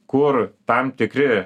kur tam tikri